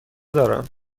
دارم